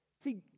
See